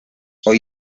hoy